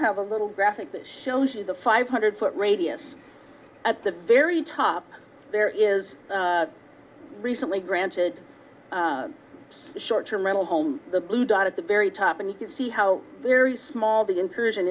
have a little graphic that shows you the five hundred foot radius at the very top there is recently granted a short term rental home the blue dot at the very top and you can see how very small